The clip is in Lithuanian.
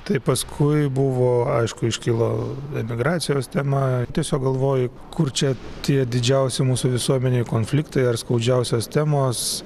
tai paskui buvo aišku iškilo emigracijos tema tiesiog galvoju kur čia tie didžiausi mūsų visuomenėj konfliktai ar skaudžiausios temos